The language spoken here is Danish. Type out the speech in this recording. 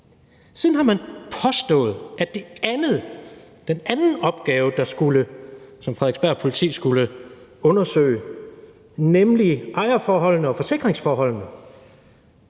historien altid påstået, at den anden opgave, som Frederiksberg Politi skulle undersøge, nemlig ejerforholdene og forsikringsforholdene,